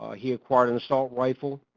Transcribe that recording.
ah he acquired an assault rifle,